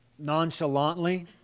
nonchalantly